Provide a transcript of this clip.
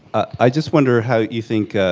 ah i just wonder how you think